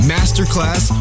Masterclass